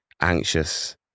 anxious